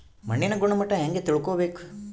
ಮಣ್ಣಿನ ಗುಣಮಟ್ಟ ಹೆಂಗೆ ತಿಳ್ಕೊಬೇಕು?